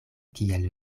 kiel